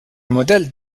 modèle